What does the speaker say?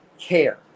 care